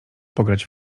pograć